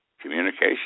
communication